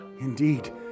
Indeed